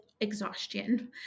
exhaustion